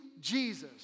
Jesus